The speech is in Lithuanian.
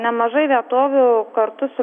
nemažai vietovių kartu su